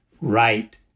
right